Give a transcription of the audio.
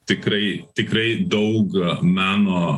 tikrai tikrai daug meno